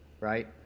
right